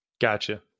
Gotcha